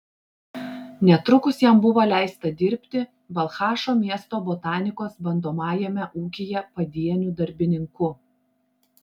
netrukus jam buvo leista dirbti balchašo miesto botanikos bandomajame ūkyje padieniu darbininku